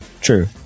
true